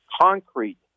concrete